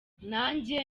nanjye